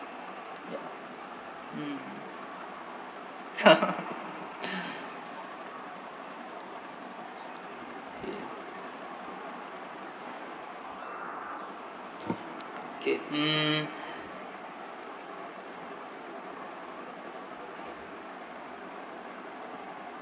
ya mm K K mm